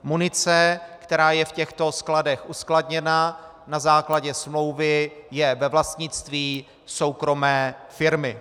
Munice, která je v těchto skladech uskladněna na základě smlouvy, je ve vlastnictví soukromé firmy.